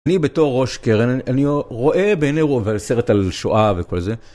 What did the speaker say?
אני בתור ראש קרן, אני רואה בעיני רוב, סרט על שואה וכל זה.